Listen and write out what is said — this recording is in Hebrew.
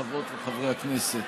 חברות וחברי הכנסת,